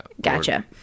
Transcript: Gotcha